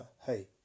Hey